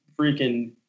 freaking